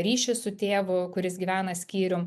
ryšį su tėvu kuris gyvena skyrium